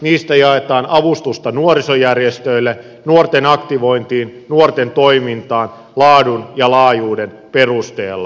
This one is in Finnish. niistä jaetaan avustusta nuorisojärjestöille nuorten aktivointiin nuorten toimintaan laadun ja laajuuden perusteella